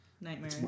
Nightmare